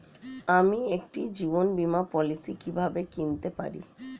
আমি একটি জীবন বীমা পলিসি কিভাবে কিনতে পারি?